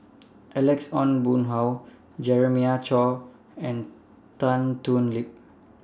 Alex Ong Boon Hau Jeremiah Choy and Tan Thoon Lip